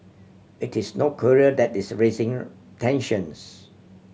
it is North Korea that is a raising tensions